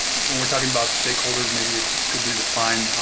when we're talking about stakeholders, maybe it's it's good to define,